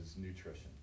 nutrition